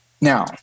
Now